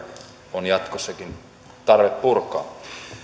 on jatkossakin tarve purkaa